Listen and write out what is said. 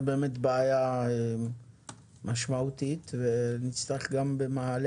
זה באמת בעיה משמעותית ונצטרך במעלה